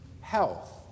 health